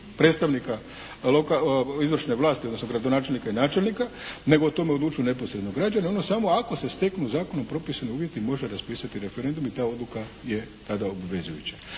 predstavnika izvršne vlasti odnosno gradonačelnika i načelnika nego o tome odlučuje neposredno građanin odnosno samo ako se steknu zakonom propisani uvjeti može raspisati referendum i ta odluka je tada obvezujuća.